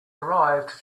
arrived